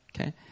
Okay